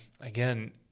again